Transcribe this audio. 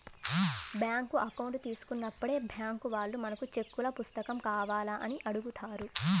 bank account తీసుకున్నప్పుడే bank వాళ్ళు మనకు చెక్కుల పుస్తకం కావాలా అని అడుగుతారు